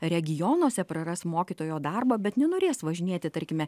regionuose praras mokytojo darbą bet nenorės važinėti tarkime